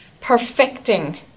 perfecting